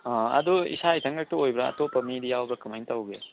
ꯑꯥ ꯑꯗꯨ ꯏꯁꯥ ꯏꯊꯟ ꯈꯛꯇ ꯑꯣꯏꯕ꯭ꯔꯥ ꯑꯇꯣꯞꯄ ꯃꯤꯗꯤ ꯌꯥꯎꯕ꯭ꯔꯥ ꯀꯃꯥꯏꯅ ꯇꯧꯒꯦ